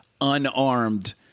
unarmed